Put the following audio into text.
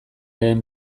lehen